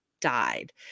died